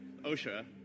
OSHA